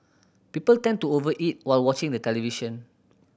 people tend to over eat while watching the television